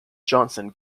johnson